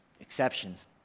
exceptions